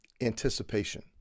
anticipation